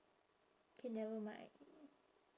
K never mind